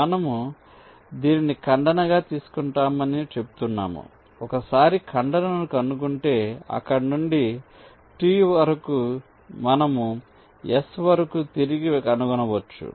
మనము దీనిని ఖండనగా తీసుకుంటామని చెప్తున్నాము ఒకసారి ఖండనను కనుగొంటే అక్కడ నుండి T వరకు మరియు S వరకు తిరిగి కనుగొనవచ్చు